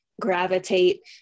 gravitate